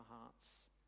hearts